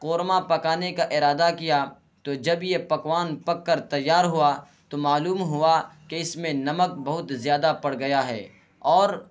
قورمہ پکانے کا ارادہ کیا تو جب یہ پکوان پک کر تیار ہوا تو معلوم ہوا کہ اس میں نمک بہت زیادہ پڑ گیا ہے اور